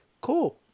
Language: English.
Cool